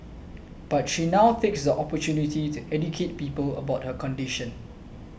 but she now takes the opportunity to educate people about her condition